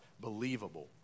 believable